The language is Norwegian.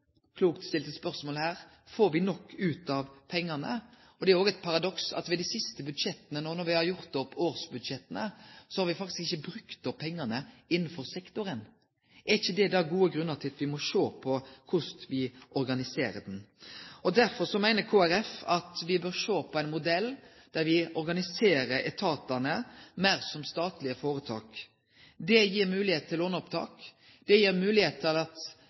klokt stilte spørsmål om her: Får me nok ut av pengane? Det er òg eit paradoks at me, når me har gjort opp dei siste årsbudsjetta, faktisk ikkje har brukt opp pengane innanfor sektoren. Er ikkje det ein god grunn til at me må sjå på korleis me organiserer sektoren? Kristeleg Folkeparti meiner at me bør sjå på ein modell der me organiserer etatane meir som statlege føretak. Det gir moglegheit til låneopptak, og det gir